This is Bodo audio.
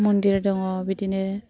मन्दिर दङ बिदिनो